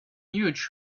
huge